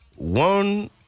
One